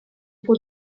può